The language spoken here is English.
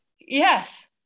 yes